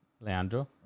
Leandro